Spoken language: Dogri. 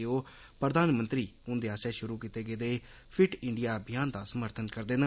जे ओ प्रधानमंत्री हुंदे आस्सेआ शुरू कीते गेदे फिट इंडिया अभियान दा समर्थन करदे न